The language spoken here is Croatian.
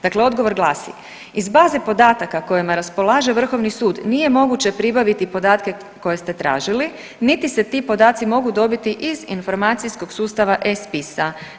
Dakle, odgovor glasi: „Iz baze podataka kojima raspolaže vrhovni sud nije moguće pribaviti podatke koje ste tražili niti se ti podaci mogu dobiti iz informacijskog sustava eSpisa.